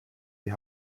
die